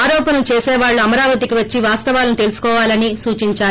ఆరోపణలు చేసేవాళ్లు అమరావతికి వచ్చి వాస్తవాలను తెలుసుకోవాలని సూచించారు